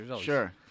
Sure